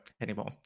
anymore